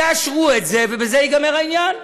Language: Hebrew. תאשרו את זה, ובזה ייגמר העניין.